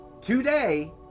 today